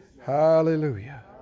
Hallelujah